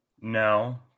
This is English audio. No